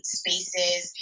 spaces